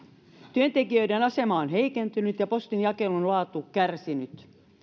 työntekijöiden asema on heikentynyt ja postinjakelun laatu kärsinyt